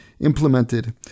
implemented